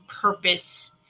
purpose